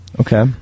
okay